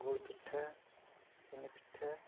ᱜᱩᱲ ᱯᱤᱴᱷᱟᱹ ᱪᱤᱱᱤ ᱯᱤᱴᱷᱟᱹ